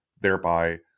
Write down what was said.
thereby